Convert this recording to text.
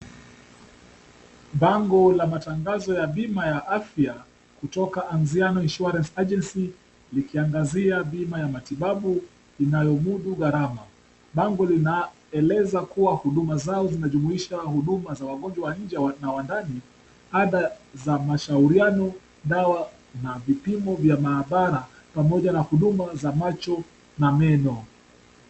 Bango la matangazo ya bima ya afya, kutoka Anziano Insuarance Agency. Likiangazia bima ya matibabu inayomudu gharama. Bango linaeleza kuwa huduma zao zinajumuisha huduma za wagonjwa wa inje na wa ndani. Ada za mashauriano, dawa na vipimo vya maabara, pamoja na huduma za macho na meno.